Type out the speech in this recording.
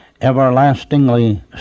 everlastingly